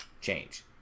change